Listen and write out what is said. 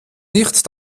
nicht